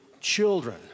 children